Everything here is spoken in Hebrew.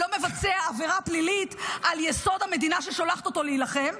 לא מבצע עבירה פלילית על יסוד המדינה ששולחת אותו להילחם,